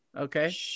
Okay